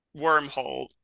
wormhole